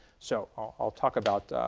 so i'll talk about